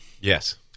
Yes